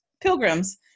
pilgrims